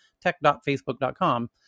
tech.facebook.com